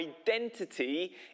identity